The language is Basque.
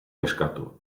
kezkatu